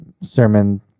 sermon